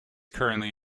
currently